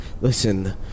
Listen